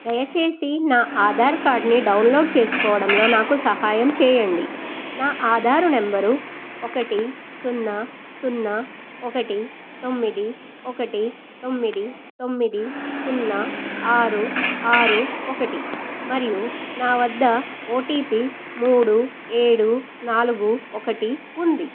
దయచేసి నా ఆధార్ కార్డ్ని డౌన్లోడ్ చేసుకోవడంలో నాకు సహాయం చేయండి నా ఆధారు నెంబరు ఒకటి సున్నా సున్నా ఒకటి తొమ్మిది ఒకటి తొమ్మిది తొమ్మిది సున్నా ఆరు ఆరు ఒకటి మరియు నా వద్ద ఓటీపీ మూడు ఏడు నాలుగు ఒకటి ఉంది